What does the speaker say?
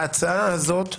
ההצעה הזאת,